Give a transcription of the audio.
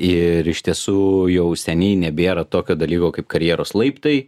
ir iš tiesų jau seniai nebėra tokio dalyko kaip karjeros laiptai